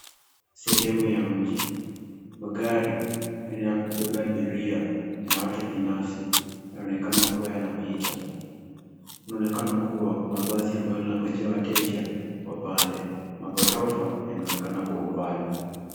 Sehemu ya mji magari aina ya kubebea abiria na watu binafsi yanaonekana kuwa yanapita inaonekana kuwa kuna basi ambalo linangojea wateja wapande . Maghorofa yanaonekana kwa umbali.